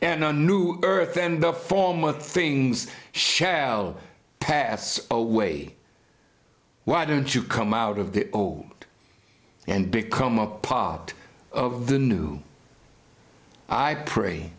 and a new earth then the form of things shall pass away why don't you come out of the oh and become a part of the new i pray